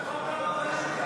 הצבעה.